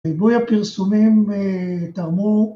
ריבוי הפרסומים תרמו